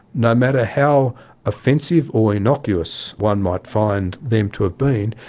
no matter how offensive or innocuous one might find them to have been,